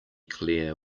clear